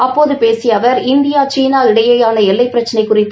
அப்போது பேசிய அவர் இந்தியா சீனா இடையேயான எல்லைப் பிரச்சினை குறித்து